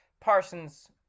Parsons